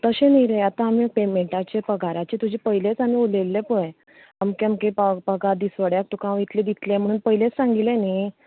तशें न्ही रे आतां आमी पेमॅन्टाचें पगाराचें तुजें पयलेंच आमी उलयल्ले पळय अमके अमके पगार दिसवड्याक तुका हांव इतलें दितलें म्हणून पयलेंच सांगिल्लें न्ही